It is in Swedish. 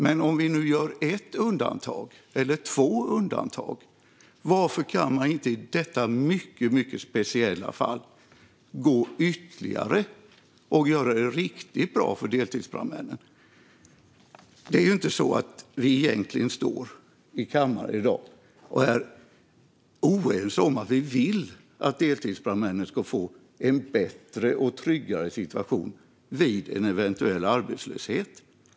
Men om vi nu gör ett eller två undantag, varför kan man inte i detta mycket speciella fall gå ytterligare lite längre och göra det riktigt bra för deltidsbrandmännen? Det är ju egentligen inte så att vi står i kammaren i dag och är oense om att vi vill att deltidsbrandmännen ska få en bättre och tryggare situation vid en eventuell arbetslöshet.